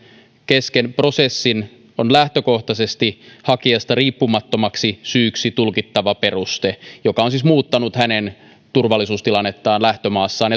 kesken prosessin on lähtökohtaisesti hakijasta riippumattomaksi syyksi tulkittava peruste joka on siis muuttanut hänen turvallisuustilannettaan lähtömaassaan